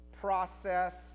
process